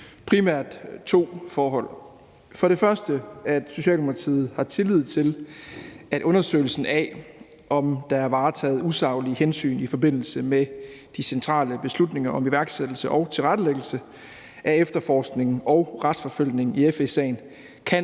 primært to forhold. For det første har Socialdemokratiet tillid til, at undersøgelsen af, om der er varetaget usaglige hensyn i forbindelse med de centrale beslutninger om iværksættelsen og tilrettelæggelsen af efterforskningen og retsforfølgningen i FE-sagen, kan